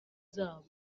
zabo